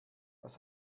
was